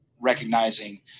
recognizing